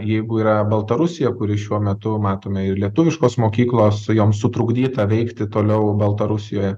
jeigu yra baltarusija kuri šiuo metu matome ir lietuviškos mokyklos su jom sutrukdyta veikti toliau baltarusijoj